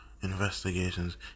investigations